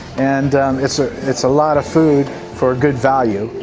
and it's ah it's a lot of food for good value.